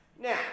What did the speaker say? Now